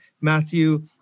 Matthew